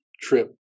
trip